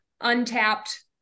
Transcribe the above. Untapped